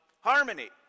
harmony